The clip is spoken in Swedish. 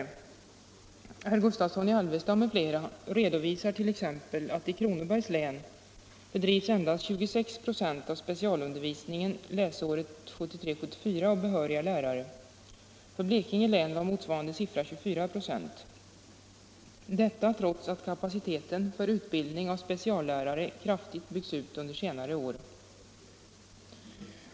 I en motion av herr Gustavsson i Alvesta m.fl. redovisas t.ex. att i Kronobergs län bedrevs läsåret 1973/74 endast 26 96 av special undervisningen av behöriga lärare. För Blekinge län var motsvarande siffra 24 96. Detta trots att kapaciteten för utbildning av speciallärare kraftigt byggts ut under senare år.